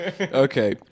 Okay